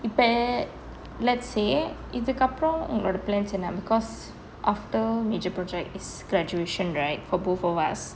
இப்ப:ippa let's say இதுக்கப்புறோம் உங்களோட:ithukkapprom ungaloda plans என்ன:enna cause after major project is graduation right for both of us